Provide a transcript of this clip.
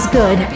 good